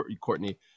Courtney